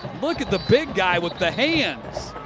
look at the big guy with the hands.